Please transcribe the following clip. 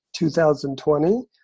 2020